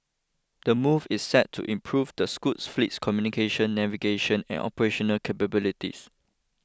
the move is set to improve the Scoot fleet's communication navigation and operational capabilities